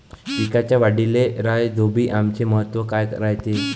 पिकाच्या वाढीले राईझोबीआमचे महत्व काय रायते?